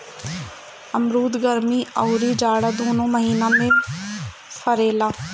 अमरुद गरमी अउरी जाड़ा दूनो महिना में फरेला